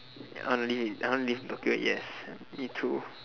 I want to live in I want to live Tokyo yes me too